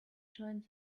joined